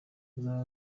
z’aba